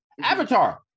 avatar